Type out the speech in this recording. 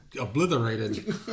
obliterated